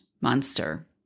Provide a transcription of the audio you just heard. monster